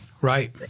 Right